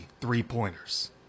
three-pointers